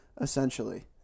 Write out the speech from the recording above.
essentially